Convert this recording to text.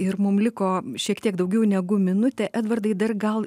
ir mums liko šiek tiek daugiau negu minutė edvardai dar gal